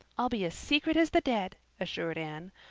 i'll be as secret as the dead, assured anne.